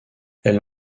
elle